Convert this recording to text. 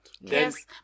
Yes